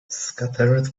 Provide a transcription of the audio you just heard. scattered